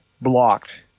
blocked